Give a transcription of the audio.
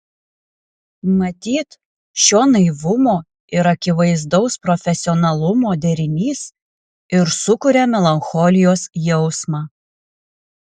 matyt šio naivumo ir akivaizdaus profesionalumo derinys ir sukuria melancholijos jausmą